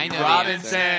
Robinson